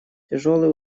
тяжелые